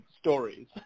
stories